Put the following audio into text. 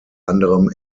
anderem